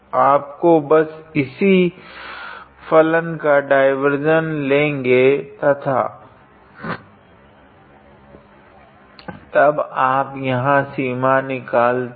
आपको बस इसी फलन का डाइवार्जेंस लेगे तथा तब आप यहाँ सीमा निकालते है